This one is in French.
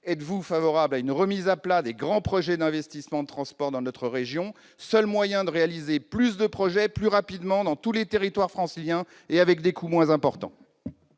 êtes-vous favorable à une remise à plat des grands projets d'investissements de transports dans notre région, seul moyen de réaliser plus de projets, plus rapidement, dans tous les territoires franciliens et avec des coûts moins importants